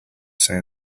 say